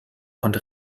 und